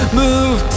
move